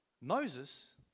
Moses